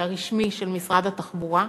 הרשמי של משרד התחבורה.